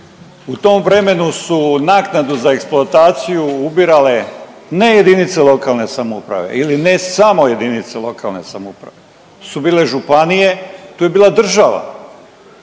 u tom vremenu su naknadu za eksploataciju ubirale je jedinice lokalne samouprave ili ne samo jedinice lokalne samouprave tu su bile županije, tu je bila država.